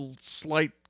slight